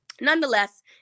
nonetheless